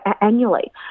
annually